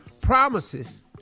Promises